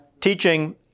teaching